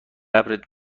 قبرت